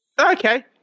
okay